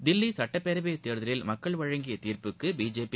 தில்லி சட்டப்பேரவை தேர்தலில் மக்கள் வழங்கிய தீர்ப்புக்கு பிஜேபி